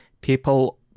people